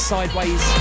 Sideways